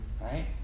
right